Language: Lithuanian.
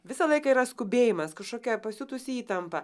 visą laiką yra skubėjimas kažkokia pasiutusi įtampa